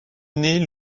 naît